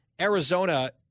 Arizona